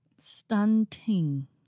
Stunting